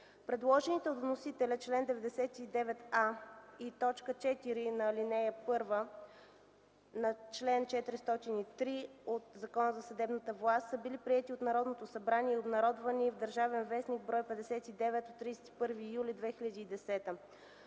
Предложените от вносителя чл. 99а от ЗЛЗ и т. 4 на ал. 1 от чл. 403 от Закона за съдебната власт са били приети от Народното събрание и обнародвани в „Държавен вестник”, бр. 59 от 31 юли 2010